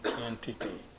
entity